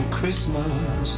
Christmas